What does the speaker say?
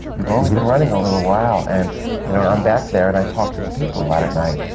we've only been running a little while, and you know i'm back there and i talk to the people a lot at night.